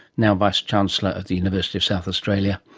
now vice chancellor at the university of south australia.